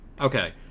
Okay